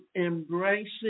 embracing